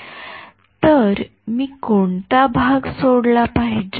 तर मी कोणता भाग सोडला पाहिजे